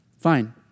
fine